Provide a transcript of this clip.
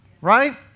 right